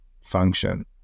function